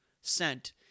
sent